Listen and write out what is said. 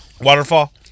waterfall